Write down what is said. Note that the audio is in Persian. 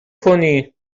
کنی